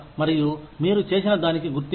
మరియు మీరు చేసినదానికి గుర్తింపు